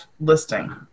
listing